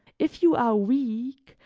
if you are weak,